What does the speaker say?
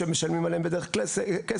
שמשלמים עליהם בדרך כלל כסף,